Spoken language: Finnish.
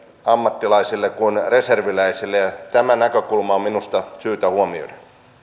ammattilaisille kuin reserviläisille tämä näkökulma on minusta syytä huomioida